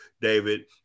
David